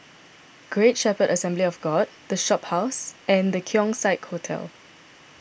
Great Shepherd Assembly of God the Shophouse and the Keong Saik Hotel